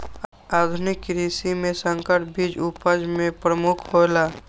आधुनिक कृषि में संकर बीज उपज में प्रमुख हौला